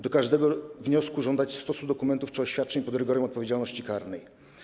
Do każdego wniosku żądać stosu dokumentów czy oświadczeń pod rygorem odpowiedzialności karnej.